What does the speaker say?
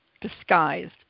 disguised